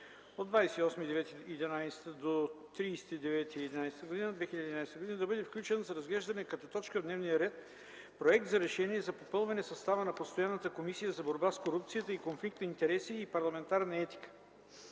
септември до 30 септември 2011 г. да бъде включен за разглеждане като точка в дневния ред Проект за решение за попълване състава на постоянната Комисия за борба с корупцията и конфликт на интереси и парламентарна етика.